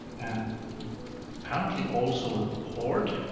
and apparently also a port.